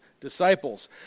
disciples